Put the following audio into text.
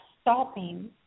stopping